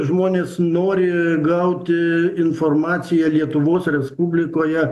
žmonės nori gauti informaciją lietuvos respublikoje